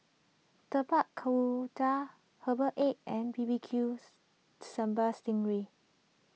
Tapak Kuda Herbal Egg and B B Q Sambal Sting Ray